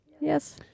Yes